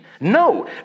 No